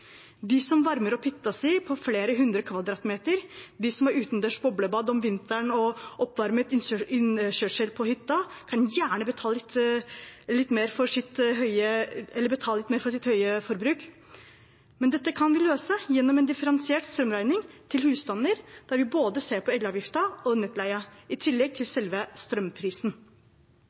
De som varmer opp hytta si på flere hundre kvadratmeter, de som har utendørs boblebad om vinteren og oppvarmet innkjørsel til hytta, kan gjerne betale litt mer for sitt høye forbruk. Men dette kan vi løse gjennom en differensiert strømregning til husstander, der vi ser på både elavgiften og nettleien i tillegg til selve strømprisen.